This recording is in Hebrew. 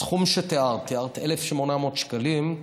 הסכום שתיארת, תיארת 1,800 שקלים,